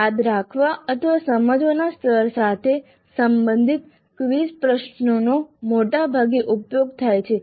યાદ રાખવા અથવા સમજવાના સ્તર સાથે સંબંધિત ક્વિઝ પ્રશ્નોનો મોટાભાગે ઉપયોગ થાય છે